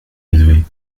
élevées